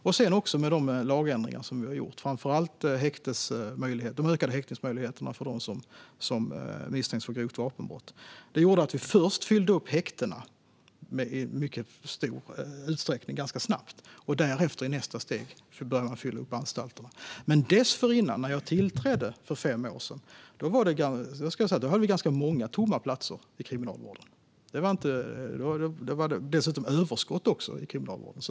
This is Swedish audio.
Sedan har vi också de lagändringar vi gjort, framför allt de ökade häktningsmöjligheterna för dem som misstänks för grovt vapenbrott. De gjorde att vi först fyllde upp häktena ganska snabbt, och i nästa steg började vi fylla upp anstalterna. Men dessförinnan, när jag tillträdde för fem år sedan, hade vi ganska många tomma platser i kriminalvården. Dessutom var det överskott i kriminalvården.